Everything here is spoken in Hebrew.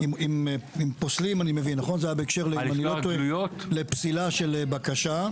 זה היה בהקשר לפסילה של בקשה,